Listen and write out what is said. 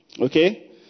Okay